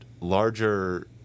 larger